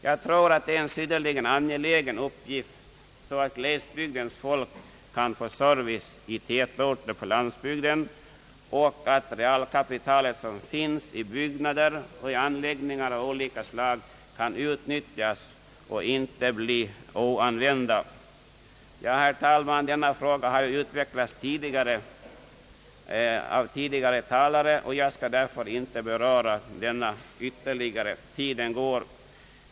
Jag tror att det är en synnerligen angelägen uppgift att glesbygdens folk kan få service i tätorter på landsbygden och att det realkapital som där finns i byggnader och anläggningar av olika slag kan utnyttjas och inte bli oanvända. Herr talman! Denna fråga har utvecklats av tidigare talare, och jag skall därför inte beröra den ytterligare. Tiden går.